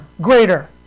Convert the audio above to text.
greater